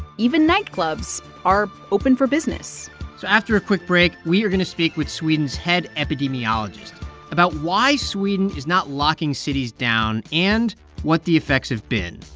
even nightclubs are open for business so after a quick break, we are going to speak with sweden's head epidemiologist about why sweden is not locking cities down and what the effects have been,